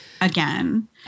again